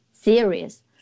serious